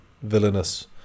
Villainous